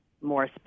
more